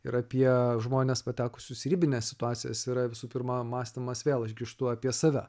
ir apie žmones patekusius į ribines situacijas yra visų pirma mąstymas vėl aš grįžtu apie save